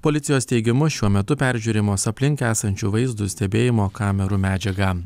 policijos teigimu šiuo metu peržiūrimos aplink esančių vaizdų stebėjimo kamerų medžiaga